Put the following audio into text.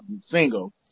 single